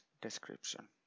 description